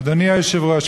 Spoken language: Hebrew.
אדוני היושב-ראש,